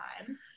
time